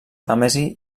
tàmesi